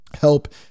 help